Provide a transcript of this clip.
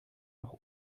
nach